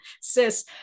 cis